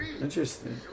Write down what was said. Interesting